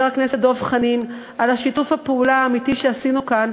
הכנסת דב חנין על שיתוף הפעולה האמיתי שעשינו כאן,